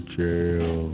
jail